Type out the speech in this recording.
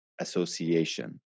Association